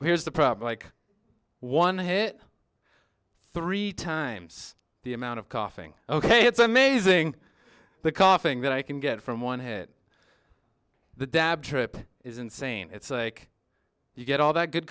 here's the problem like one hit three times the amount of coughing ok it's amazing the coughing that i can get from one head the dab trip is insane it's like you get all that good